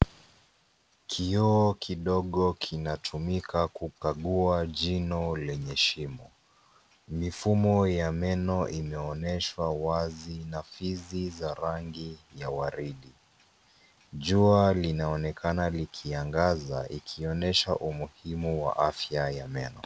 Kioo kidogo kinatumika kukagua jino lenye shimo. Mifumo ya meno imeoneshwa wazi na fizi za rangi ya waridi. Jua linaonekana likiangaza ikionyesha umuhumu wa afya ya meno.